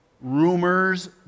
Rumors